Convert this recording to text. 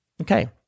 Okay